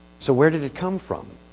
so where did it come from?